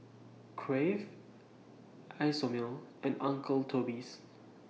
Crave Isomil and Uncle Toby's